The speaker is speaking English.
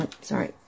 Sorry